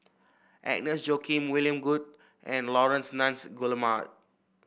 Agnes Joaquim William Goode and Laurence Nunns Guillemard